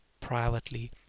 privately